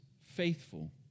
faithful